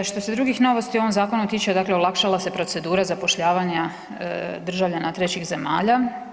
Što se drugih novosti u ovome zakonu tiče, dakle olakšala se procedura zapošljavanja državljana trećih zemalja.